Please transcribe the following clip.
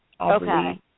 Okay